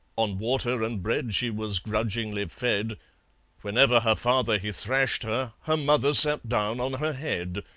on water and bread she was grudgingly fed whenever her father he thrashed her her mother sat down on her head.